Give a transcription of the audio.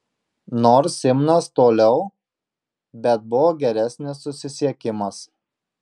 nors simnas toliau bet buvo geresnis susisiekimas